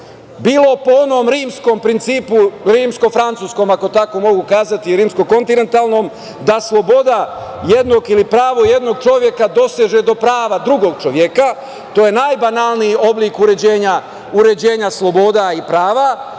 Bilo po onom rimskom principu, rimsko-francuskom, ako tako mogu kazati, rimsko-kontinentalnom, da sloboda jednog ili pravo jednog čoveka doseže do prava drugog čoveka. To je najbanalniji oblik uređenja sloboda i prava,